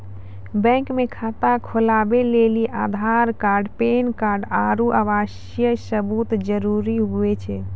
bank मे खाता खोलबै लेली आधार कार्ड पैन कार्ड आरू आवासीय सबूत जरुरी हुवै छै